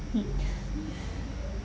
y~